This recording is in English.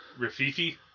Rafifi